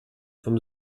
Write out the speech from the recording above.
vom